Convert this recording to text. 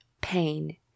pain